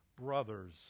brothers